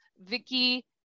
Vicky